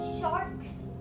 sharks